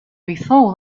before